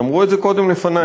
אמרו את זה קודם לפני,